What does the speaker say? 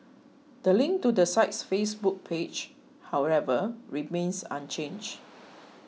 the link to the site's Facebook page however remains unchanged